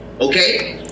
Okay